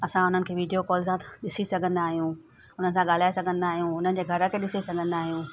असां उन्हनि खे वीडियो कॉल सां ॾिसी सघंदा आहियूं उन सां ॻाल्हाइ सघंदा आहियूं उन्हनि जे घर खे ॾिसी सघंदा आहियूं